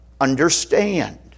understand